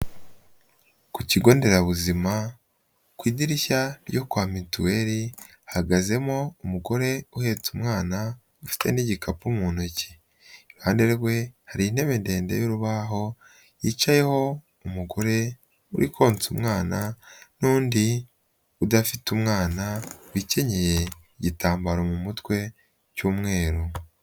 Ku kigo nderabuzima, ku idirishya ryo kwa Mituweli, hagazemo umugore uhetse umwana afite n'igikapu mu ntoki, iruhande rwe hari intebe ndende y'urubaho yicayeho umugore uri konsa umwana n'undi udafite umwana wikenyeye igitambaro mu mutwe cy'umweru.